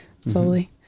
slowly